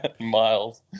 Miles